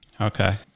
Okay